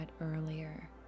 earlier